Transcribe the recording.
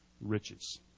riches